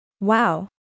Wow